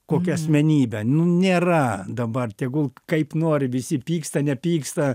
kokia asmenybė nu nėra dabar tegul kaip nori visi pyksta nepyksta